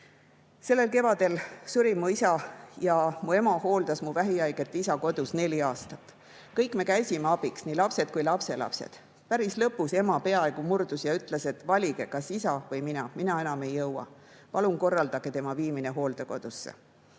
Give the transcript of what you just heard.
Sellel kevadel suri mu isa. Mu ema hooldas mu vähihaiget isa kodus neli aastat. Kõik me käisime abiks, nii lapsed kui lapselapsed. Päris lõpus ema peaaegu murdus ja ütles, et valige, kas isa või mina, tema enam ei jõua, palun korraldage isa viimine hooldekodusse.